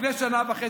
שנה וחצי,